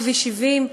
כביש 70,